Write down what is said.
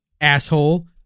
asshole